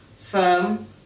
firm